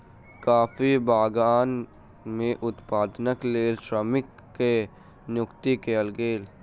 coffee बगान में उत्पादनक लेल श्रमिक के नियुक्ति कयल गेल